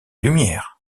lumières